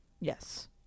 Yes